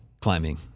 climbing